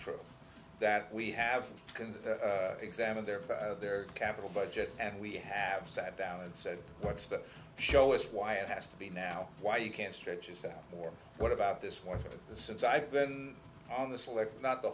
true that we have can examine their their capital budget and we have sat down and said what's to show us why it has to be now why you can't stretch this out or what about this one since i've been on the select not the